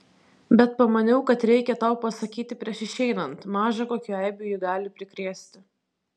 bet pamaniau kad reikia tau pasakyti prieš išeinant maža kokių eibių ji gali prikrėsti